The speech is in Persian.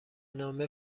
نامه